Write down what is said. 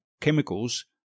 chemicals